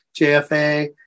JFA